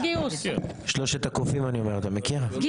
את שלושת הקופים אתה מכיר?